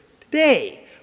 today